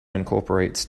incorporates